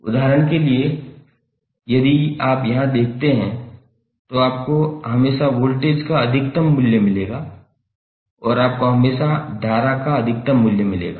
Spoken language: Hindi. उदाहरण के लिए यदि आप यहां देखते हैं तो आपको हमेशा वोल्टेज का अधिकतम मूल्य मिलेगा और आपको हमेशा धारा का अधिकतम मूल्य मिलेगा